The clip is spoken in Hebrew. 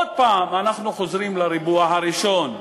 עוד הפעם אנחנו חוזרים לריבוע הראשון,